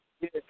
Yes